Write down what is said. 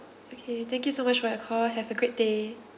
okay thank you so much for your call have a great day